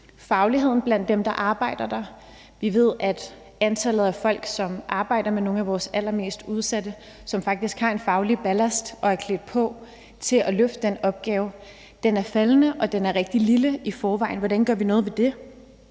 fagligheden blandt dem, der arbejder der. Vi ved, at antallet af folk, som arbejder med nogle af vores allermest udsatte, og som faktisk har en faglig ballast og er klædt på til at løfte den opgave, er faldende og er rigtig lille i forvejen. Hvordan gør vi noget ved det?